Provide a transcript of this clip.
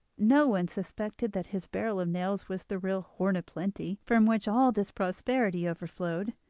no one suspected that his barrel of nails was the real horn of plenty from which all this prosperity overflowed.